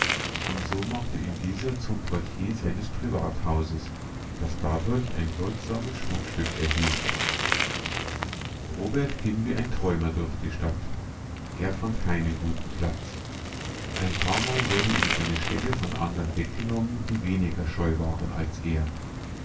und so machte ihn dieser zum portier seines privathauses das dadurch ein wirksames schmuckstück erhielt robert ging wie ein träumer durch die stadt er fand keinen guten platz ein paarmal wurde ihm eine stelle von andern weggenommen die weniger scheu waren als er